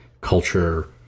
culture